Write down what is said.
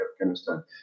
Afghanistan